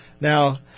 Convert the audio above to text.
Now